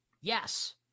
Yes